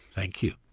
thank you.